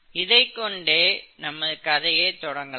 இதைக் கொண்டே நமது கதையை தொடங்கலாம்